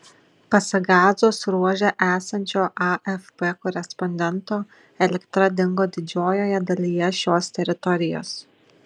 pasak gazos ruože esančio afp korespondento elektra dingo didžiojoje dalyje šios teritorijos